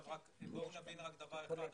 בואו נבין רק דבר אחד.